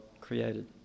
created